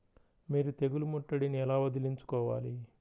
మీరు తెగులు ముట్టడిని ఎలా వదిలించుకోవాలి?